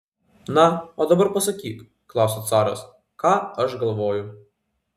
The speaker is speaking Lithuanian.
na o dabar pasakyk klausia caras ką aš galvoju